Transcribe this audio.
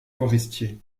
forestier